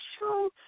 show